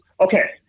Okay